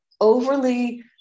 overly